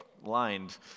lined